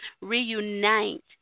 reunite